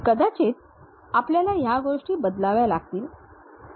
कदाचित आपल्याला या गोष्टी बदलाव्या लागतील